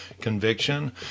Conviction